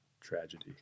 tragedy